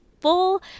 full